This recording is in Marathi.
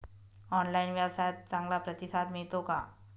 ऑनलाइन व्यवसायात चांगला प्रतिसाद मिळतो का?